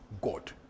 God